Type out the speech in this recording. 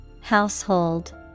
Household